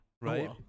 Right